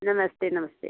नमस्ते नमस्ते